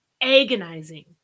agonizing